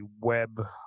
web